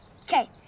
Okay